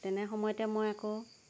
তেনে সময়তে মই আকৌ